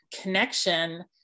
connection